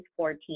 14